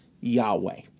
Yahweh